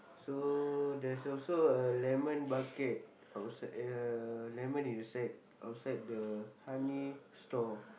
so there's also a lemon bucket outside uh lemon inside outside the honey store